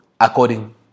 according